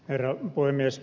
herra puhemies